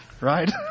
Right